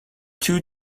two